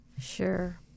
Sure